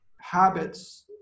habits